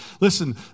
listen